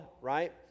right